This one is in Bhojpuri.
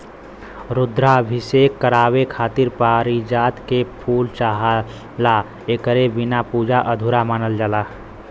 रुद्राभिषेक करावे खातिर पारिजात के फूल चाहला एकरे बिना पूजा अधूरा मानल जाला